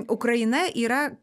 ukraina yra